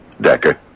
Decker